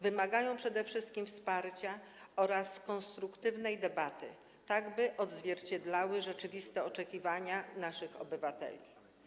Wymagają przede wszystkim wsparcia oraz konstruktywnej debaty, tak by odzwierciedlały rzeczywiste oczekiwania naszych obywateli.